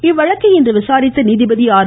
இவ்வழக்கை இன்று விசாரித்த நீதிபதி ஆர்